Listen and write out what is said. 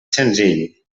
senzill